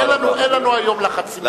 אין לנו לחץ היום.